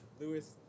Lewis